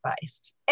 based